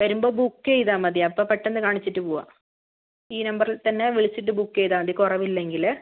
വരുമ്പോൾ ബുക്ക് ചെയ്താൽ മതി അപ്പോൾ പെട്ടെന്ന് കാണിച്ചിട്ട് പോവാം ഈ നമ്പറിൽ തന്നെ വിളിച്ചിട്ട് ബുക്ക് ചെയ്താൽ മതി കുറവില്ലെങ്കിൽ